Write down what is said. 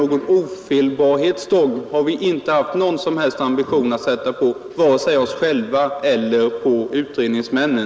Någon ofelbarhetsdogm har vi emellertid ingen som helst ambition att tillämpa vare sig på oss själva eller på utredningsmännen.